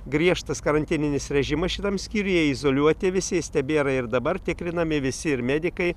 griežtas karantininis režimas šitam skyriuje izoliuoti visi jis tebėra ir dabar tikrinami visi ir medikai